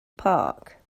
park